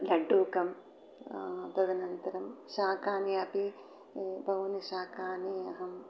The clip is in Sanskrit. लड्डुकं तदनन्तरं शाकानि अपि बहूनि शाकानि अहं